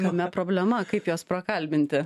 kame problema kaip juos prakalbinti